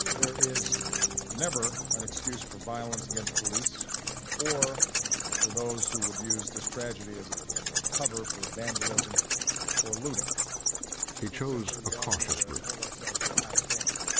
there is never an excuse for violence against police or for those who would use this tragedy as a cover for vandalism or looting. narrator he chose a cautious route. hold ourselves to a high standard.